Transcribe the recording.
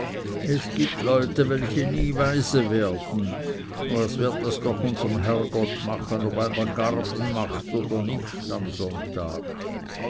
es gibt leute welche nie weise werden was wird das doch unserm herrgott machen ob einer garben macht oder nicht am sonntag